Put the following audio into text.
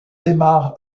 démarre